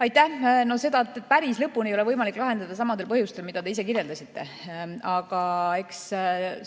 Aitäh! Seda päris lõpuni ei ole võimalik lahendada samadel põhjustel, mida te ise kirjeldasite. Aga eks